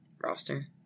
Roster